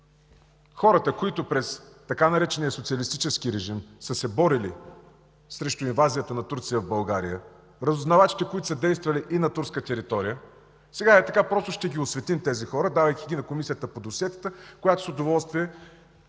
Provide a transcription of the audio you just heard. хората, които през така наречения „социалистически режим” са се борили срещу инвазията на Турция в България, разузнавачите, които са действали и на турска територия, сега ей-така просто ще ги осветим, давайки ги на Комисията по досиетата, която с удоволствие